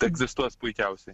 egzistuos puikiausiai